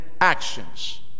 actions